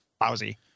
lousy